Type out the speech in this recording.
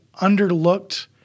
underlooked